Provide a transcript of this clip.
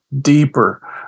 deeper